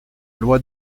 loi